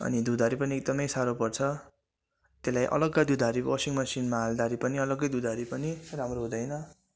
अनि धुँदाखेरि पनि एकदमै साह्रो पर्छ त्यसलाई अलग्गै धुँदाखेरि वसिङ मसिनमा हाल्दाखेरि पनि अलग्गै धुँदाखेरि पनि राम्रो हुँदैन